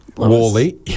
Wally